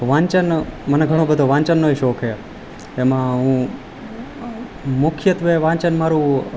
વાંચનનો મને ઘણો બધો વાંચનનો ય શોખ છે એમાં હું મુખ્યત્વે વાંચન મારું